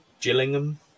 Gillingham